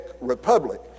Republic